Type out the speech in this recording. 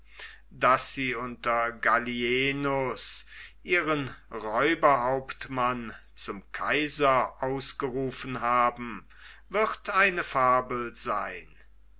daß sie unter gallienus ihren räuberhauptmann zum kaiser ausgerufen haben wird eine fabel sein